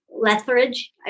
Lethbridge